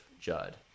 Judd